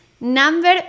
Number